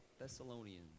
Thessalonians